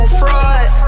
fraud